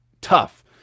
tough